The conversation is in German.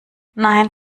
nein